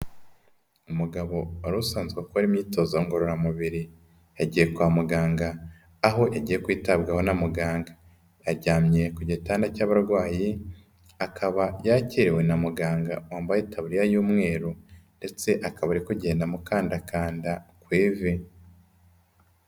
Umugabo wari usanzwe akora imyitozo ngororamubiri, yagiye kwa muganga aho yagiye kwitabwaho na muganga aryamye ku gitanda cy'abarwayi akaba yakiriwe na muganga wambaye itaburiya y'umweru ndetse akaba ari kugenda amukandakanda ku ivi.